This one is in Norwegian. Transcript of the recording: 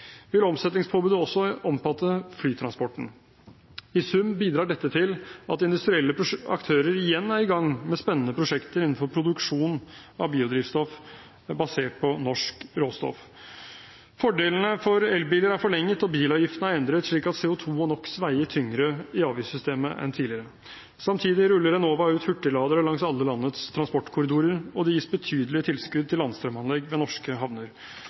vil omsetningspåbudet også omfatte flytransporten. I sum bidrar dette til at industrielle aktører igjen er i gang med spennende prosjekter innenfor produksjon av biodrivstoff basert på norsk råstoff. Fordelene for elbiler er forlenget, og bilavgiften er endret slik at CO2 og NOx veier tyngre i avgiftssystemet enn tidligere. Samtidig ruller Enova ut hurtigladere langs alle landets transportkorridorer, og det gis betydelige tilskudd til landstrømanlegg ved norske havner.